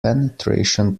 penetration